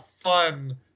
fun